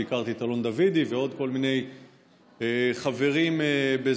ביקרתי את אלון דוידי ועוד כל מיני חברים בשדרות.